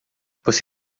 você